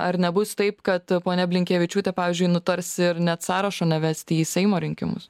ar nebus taip kad ponia blinkevičiūtė pavyzdžiui nutars ir net sąrašo nevesti į seimo rinkimus